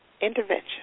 intervention